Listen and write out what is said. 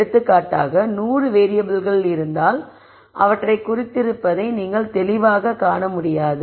எடுத்துக்காட்டாக நூறு வேறியபிள்கள் இருந்தால் அவற்றை குறித்திருப்பதை நீங்கள் தெளிவாகக் காண முடியாது